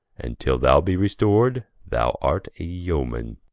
and till thou be restor'd, thou art a yeoman